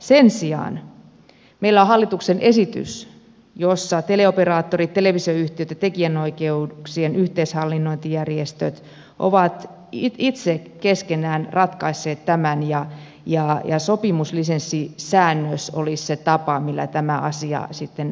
sen sijaan meillä on hallituksen esitys jossa teleoperaattorit televisioyhtiöt ja tekijänoikeuksien yhteishallinnointijärjestöt ovat itse keskenään ratkaisseet tämän ja sopimuslisenssisäännös olisi se tapa millä tämä asia sitten hoidetaan